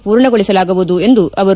ಪೂರ್ಣಗೊಳಿಸಲಾಗುವುದು ಎಂದರು